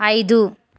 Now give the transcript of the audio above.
ఐదు